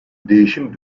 değişim